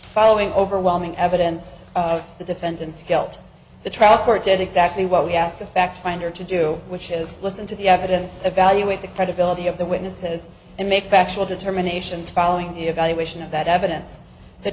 following overwhelming evidence of the defendant's guilt the trial court did exactly what we asked the fact finder to do which is listen to the evidence evaluate the credibility of the witnesses and make factual determinations following the evaluation of that evidence th